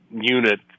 unit